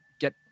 get